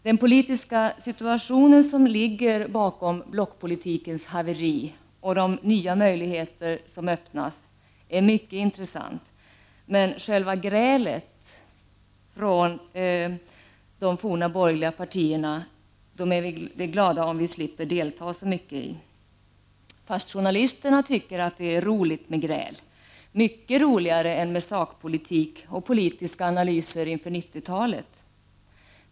Den politiska situation som ligger bakom blockpolitikens haveri och de nya möjligheter som öppnas är mycket intressant, men vi är glada om vi slipper delta så mycket i själva grälet mellan de forna borgerliga partierna. Fast journalisterna tycker att det är roligt med gräl, mycket roligare än med sakpolitik och politiska analyser inför 90-talet.